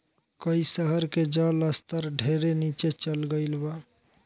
कई शहर के जल स्तर ढेरे नीचे चल गईल बा